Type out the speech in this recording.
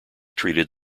treated